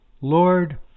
Lord